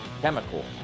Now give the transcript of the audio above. chemical